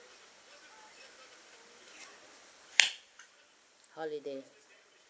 holiday